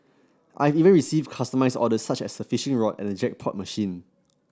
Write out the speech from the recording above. I have even received customised orders such as a fishing rod and a jackpot machine